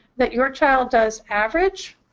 that your child does average